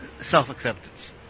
self-acceptance